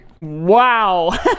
Wow